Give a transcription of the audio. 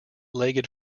legged